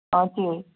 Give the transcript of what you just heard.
हजुर